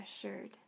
assured